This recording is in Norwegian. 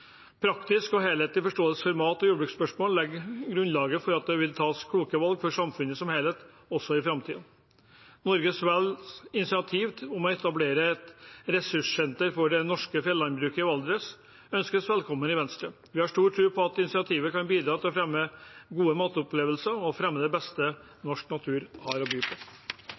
praktisk og helhetlig forståelse for mat- og jordbruksspørsmål legger grunnlaget for at det kan tas kloke valg for samfunnet som helhet også i framtiden. Norges Vels initiativ til å etablere et ressurssenter for det norske fjellandbruket i Valdres ønskes velkommen i Venstre. Vi har stor tro på at initiativet kan bidra til å fremme gode matopplevelser og det beste norsk natur har å by på.